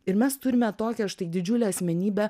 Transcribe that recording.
ir mes turime tokią štai didžiulę asmenybę